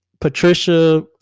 Patricia